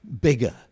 bigger